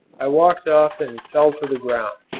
i walked off and fell to the ground,